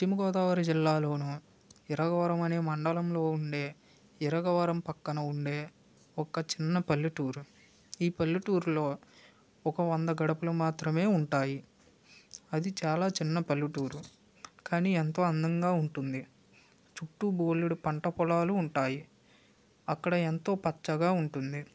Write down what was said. పశ్చిమ గోదావరి జిల్లాలోను ఇరగవరం అనే మండలంలో ఉండే ఇరగవరం పక్కన ఉండే ఒక చిన్న పల్లెటూరు ఈ పల్లెటూరులో ఒక వంద గడపలు మాత్రమే ఉంటాయి అది చాలా చిన్న పల్లెటూరు కానీ ఎంతో అందంగా ఉంటుంది చుట్టు బోలెడు పంట పొలాలు ఉంటాయి అక్కడ ఎంతో పచ్చగా ఉంటుంది